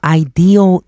ideal